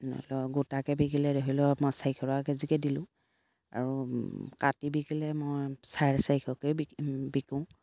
গোটাকে বিকিলে ধৰি লওক মই চাৰিশ টকা কেজিকে দিলোঁ আৰু কাটি বিকিলে মই চাৰে চাৰিশকে বিকোঁ